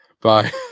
Bye